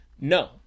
No